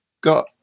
got